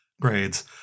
grades